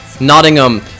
Nottingham